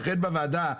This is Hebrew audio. ולכן בוועדה,